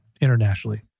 internationally